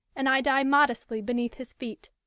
and i die modestly beneath his feet!